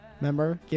Remember